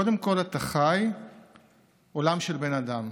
קודם כול אתה חי עולם של בן אדם.